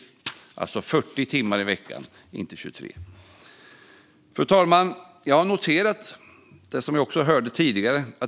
Det ska alltså vara 40 timmar i veckan och inte 23. Fru talman! Jag har noterat det som vi också hörde tidigare.